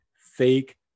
fake